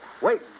wait